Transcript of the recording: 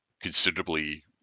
considerably